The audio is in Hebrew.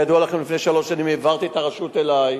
כידוע לכם, לפני שלוש שנים העברתי את הרשות אלי,